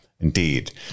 Indeed